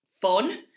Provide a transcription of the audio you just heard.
fun